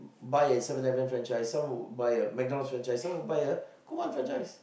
buy a Seven Eleven franchise some would buy a McDonald's franchise some would buy a Kumon franchise